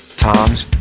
toms?